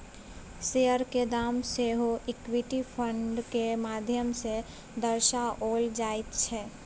शेयरक दाम सेहो इक्विटी फंडक माध्यम सँ दर्शाओल जाइत छै